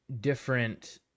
different